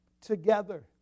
together